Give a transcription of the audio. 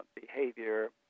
behavior